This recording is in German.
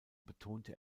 betonte